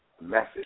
message